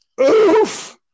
Oof